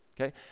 okay